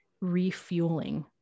refueling